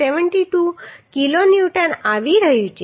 72 kilonewton આવી રહ્યું છે